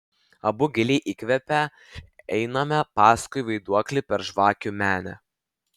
abu giliai įkvėpę einame paskui vaiduoklį per žvakių menę